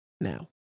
now